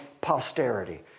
posterity